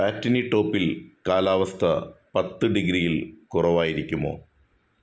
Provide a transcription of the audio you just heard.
പാറ്റ്നിടോപ്പിൽ കാലാവസ്ഥ പത്ത് ഡിഗ്രിയിൽ കുറവായിരിക്കുമോ